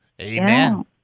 Amen